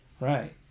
Right